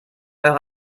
eure